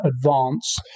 advance